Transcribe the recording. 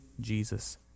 Jesus